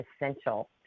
essential